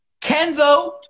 Kenzo